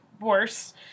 worse